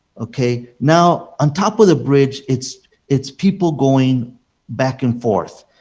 okay? now, on top of the bridge, it's it's people going back and forth.